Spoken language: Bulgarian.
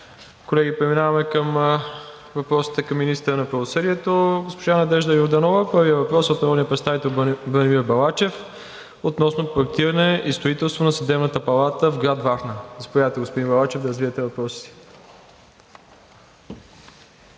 Колеги, преминаваме към въпросите към министъра на правосъдието – госпожа Надежда Йорданова. Първият въпрос е от народния представител Бранимир Балачев относно проектиране и строителство на Съдебната палата в град Варна. Заповядайте, господин Балачев, да развиете въпроса си.